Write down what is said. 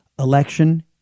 Election